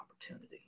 opportunity